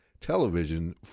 television